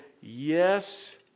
yes